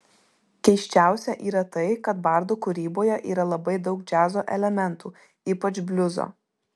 keisčiausia yra tai kad bardų kūryboje yra labai daug džiazo elementų ypač bliuzo